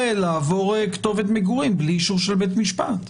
לעבור כתובת מגורים בלי אישור של בית משפט.